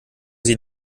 sie